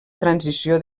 transició